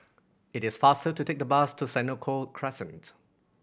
it is faster to take the bus to Senoko Crescent